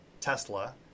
Tesla